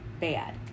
bad